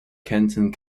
kenton